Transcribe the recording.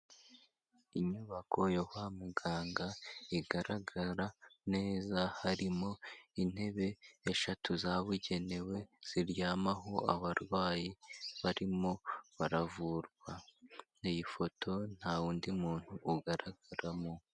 Inyubako yo kwa muganga igaragara neza harimo intebe eshatu zabugenewe ziryamaho abarwayi barimo baravurwa mu iyi foto nta wundi muntu ugaragaramo.